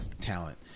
Talent